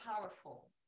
powerful